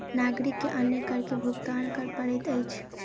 नागरिक के अन्य कर के भुगतान कर पड़ैत अछि